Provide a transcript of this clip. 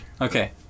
Okay